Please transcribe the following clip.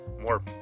more